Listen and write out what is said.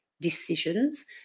decisions